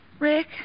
Rick